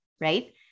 Right